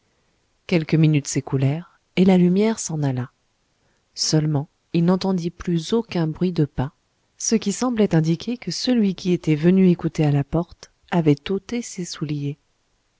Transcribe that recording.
quelques minutes s'écoulèrent et la lumière s'en alla seulement il n'entendit plus aucun bruit de pas ce qui semblait indiquer que celui qui était venu écouter à la porte avait ôté ses souliers